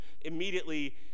immediately